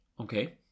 Okay